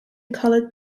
colored